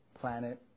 planet